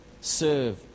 Serve